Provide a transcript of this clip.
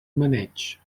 maneig